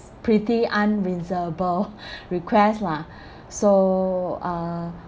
pretty unreasonable request lah so uh